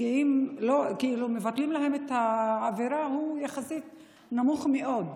שהאחוז שמבטלים להם את העבירה הוא יחסית נמוך מאוד,